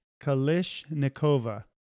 Kalishnikova